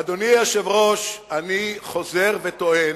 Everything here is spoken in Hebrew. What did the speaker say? אדוני היושב-ראש, אני חוזר וטוען,